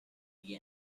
the